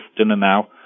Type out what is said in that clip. DinnerNow